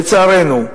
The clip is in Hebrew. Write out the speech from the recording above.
לצערנו.